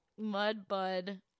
Mudbud